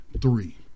Three